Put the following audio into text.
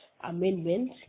amendment